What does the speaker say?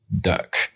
duck